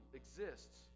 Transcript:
exists